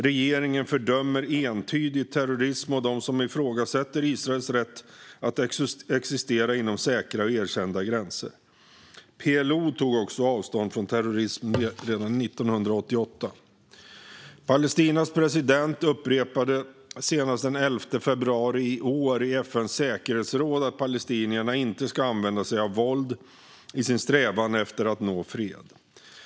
Regeringen fördömer entydigt terrorism och dem som ifrågasätter Israels rätt att existera inom säkra och erkända gränser. PLO tog också avstånd från terrorism redan 1988. Palestinas president upprepade senast den 11 februari i år i FN:s säkerhetsråd att palestinierna inte ska använda sig av våld i sin strävan efter att nå fred.